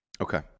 Okay